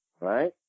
right